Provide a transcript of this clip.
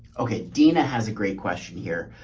okay. dina has a great question here.